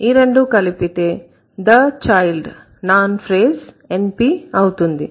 ఈ రెండు కలిపితే the child NP అవుతుంది